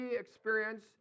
experience